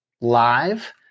live